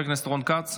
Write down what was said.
חבר הכנסת רון כץ,